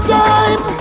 time